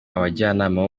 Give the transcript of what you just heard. abajyanama